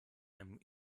einem